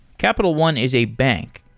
capital one is a bank,